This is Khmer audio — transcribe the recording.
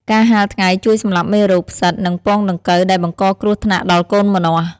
ការហាលថ្ងៃជួយសម្លាប់មេរោគ ផ្សិត និងពងដង្កូវដែលបង្កគ្រោះថ្នាក់ដល់កូនម្នាស់។